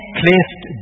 placed